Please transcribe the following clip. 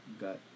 got